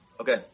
Okay